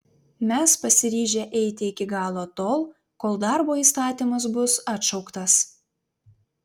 mes pasiryžę eiti iki galo tol kol darbo įstatymas bus atšauktas